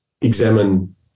examine